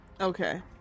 Okay